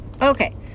Okay